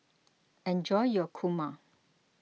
enjoy your Kurma